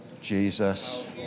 Jesus